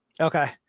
Okay